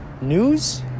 News